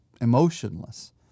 emotionless